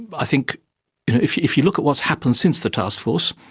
i think if if you look at what's happened since the taskforce,